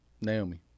Naomi